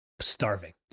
Starving